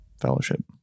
fellowship